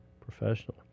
professional